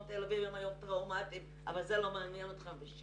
תל אביב הם היום טראומתיים אבל זה לא מעניין אתכם.